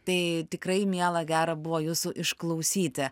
tai tikrai miela gera buvo jūsų išklausyti